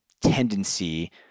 tendency